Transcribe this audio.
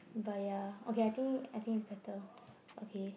but ya okay I think I think is better okay